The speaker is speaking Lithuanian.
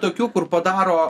tokių kur padaro